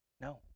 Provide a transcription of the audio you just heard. No